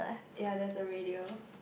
ya there's a radio